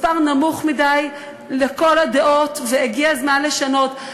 מספר נמוך מדי לכל הדעות, והגיע הזמן לשנות.